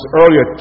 earlier